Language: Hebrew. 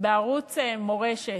בערוץ מורשת,